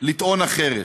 לטעון אחרת.